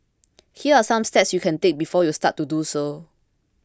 here are some steps you can take before you start to do so